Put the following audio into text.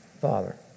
Father